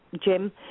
Jim